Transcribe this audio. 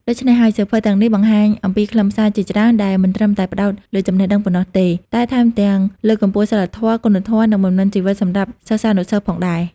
ដូចនេះហើយ សៀវភៅទាំងនេះបង្ហាញអំពីខ្លឹមសារជាច្រើនដែលមិនត្រឹមតែផ្ដោតលើចំណេះដឹងប៉ុណ្ណោះទេ តែថែមទាំងលើកកម្ពស់សីលធម៌ គុណធម៌ និងបំណិនជីវិតសម្រាប់សិស្សានុសិស្សផងដែរ។